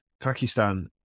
Pakistan